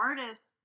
artists